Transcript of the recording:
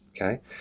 Okay